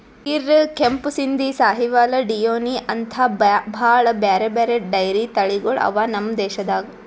ಗಿರ್, ಕೆಂಪು ಸಿಂಧಿ, ಸಾಹಿವಾಲ್, ಡಿಯೋನಿ ಅಂಥಾ ಭಾಳ್ ಬ್ಯಾರೆ ಬ್ಯಾರೆ ಡೈರಿ ತಳಿಗೊಳ್ ಅವಾ ನಮ್ ದೇಶದಾಗ್